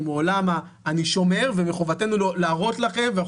הוא מעולם האני שומר ומחובתנו להראות לכם,